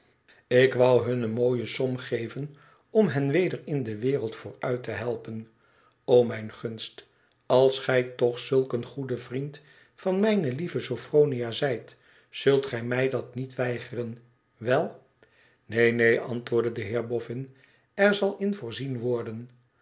ik wou hun eene mooie som geven om hen weder in de wereld vooruit te helpen o mijn gunst i als gij toch zulk een goed vriend van mijne lieve sophronia zijt zult gij mij dat niet weigeren wel neen neen antwoordde de heer boffin er zal in voorzien worden